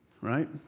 right